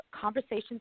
Conversations